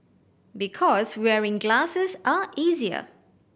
because wearing glasses are easier